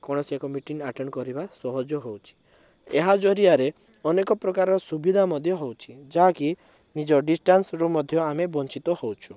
କୌଣସି ଏକ meeting attend କରିବା ସହଜ ହଉଛି ଏହା ଜରିଆରେ ଅନେକ ପ୍ରକାର ସୁବିଧା ମଧ୍ୟ ହଉଛି ଯାହାକି ନିଜ ଡିସଟାନସ୍ରୁ ମଧ୍ୟ ଆମେ ବଞ୍ଚିିତ ହଉଛୁ